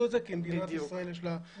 את זה כי למדינת ישראל יש --- בדיוק.